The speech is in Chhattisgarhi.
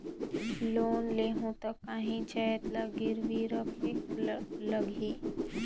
लोन लेहूं ता काहीं जाएत ला गिरवी रखेक लगही?